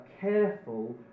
careful